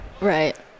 right